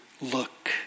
look